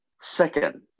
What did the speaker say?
Second